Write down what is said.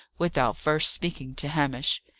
without first speaking to hamish.